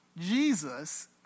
Jesus